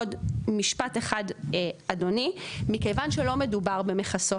עוד משפט אחד אדוני, מכיוון שלא מדובר במכסות,